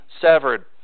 severed